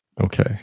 Okay